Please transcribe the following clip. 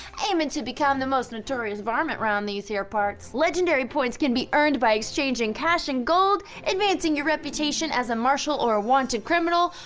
aimin' to become the most notorious varmint round these here parts. legendary points can be earned by exchanging cash and gold, advancing your reputation as a marshal or a wanted criminal,